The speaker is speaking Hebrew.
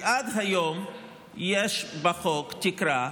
עד היום יש בחוק תקרה,